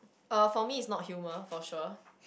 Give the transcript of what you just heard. uh for me it's not humour for sure